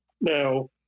Now